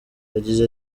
yagize